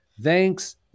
Thanks